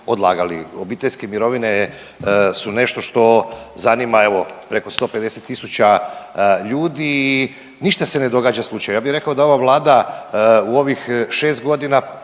Obiteljske mirovine su nešto što zanima evo preko 150 tisuća ljudi i ništa se ne događa slučajno. Ja bi rekao da ova vlada u ovih 6.g.